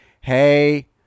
hey